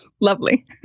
Lovely